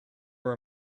were